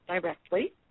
directly